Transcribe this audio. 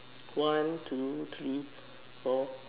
one two three four